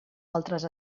altres